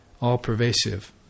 All-pervasive